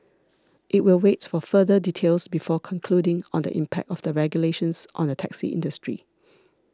it will wait for further details before concluding on the impact of the regulations on the taxi industry